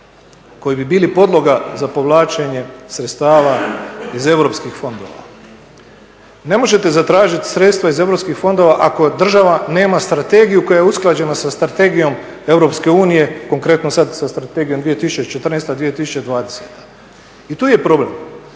koji bi bili podloga za povlačenje sredstava iz europskih fondova. Ne možete zatražit sredstva iz europskih fondova ako država nema strategiju koja je usklađena sa strategijom Europske unije, konkretno sad sa strategijom 2014.-2020. i tu je problem.